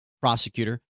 prosecutor